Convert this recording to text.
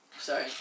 Sorry